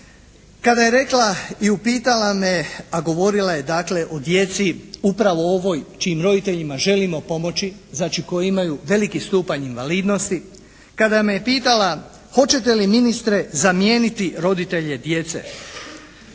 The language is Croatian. kada je rekla i upitala me a govorila je dakle o djeci upravo o ovoj čijim roditeljima želimo pomoći, znači koji imaju veliki stupanj invalidnosti. Kada me pitala hoćete li ministre zamijeniti roditelje djece?